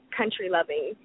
country-loving